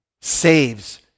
saves